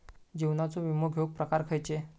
जीवनाचो विमो घेऊक प्रकार खैचे?